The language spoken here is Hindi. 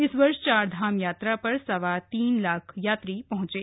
इस वर्ष चारधाम यात्रा पर सवा तीन लाख यात्री पहंचे